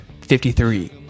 53